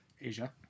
Asia